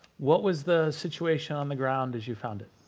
what was the situation on the ground as you found it?